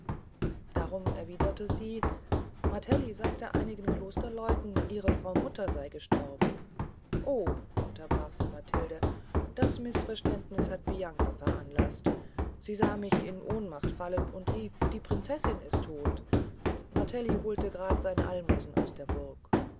darum erwiederte sie martelli sagte einigen klosterleuten ihre frau mutter sei gestorben o unterbrach sie matilde das mißverständniß hat bianca veranlaßt sie sah mich in ohnmacht fallen und rief die prinzessin ist todt martelli holte grade sein allmosen aus der burg